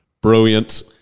Brilliant